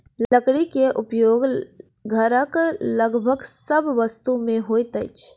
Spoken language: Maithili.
लकड़ी के उपयोग घरक लगभग सभ वस्तु में होइत अछि